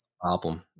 problem